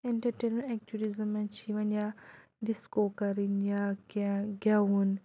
entertainment ایٚکٹِوٹیٖزَن منٛز چھِ یِوان یا ڈِسکو کَرٕنۍ یا کیاہ گیٚوُن